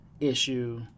issue